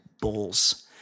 bulls